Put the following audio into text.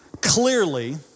clearly